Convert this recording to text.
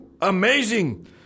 Amazing